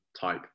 type